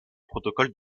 protocole